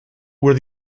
were